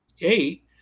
eight